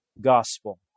gospel